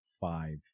five